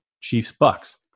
Chiefs-Bucks